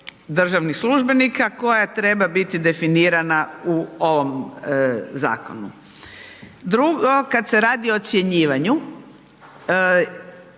državnih službenika koja treba biti definirana u ovom zakonu. Drugo kad se radi o ocjenjivanju